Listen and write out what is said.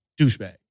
douchebag